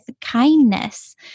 kindness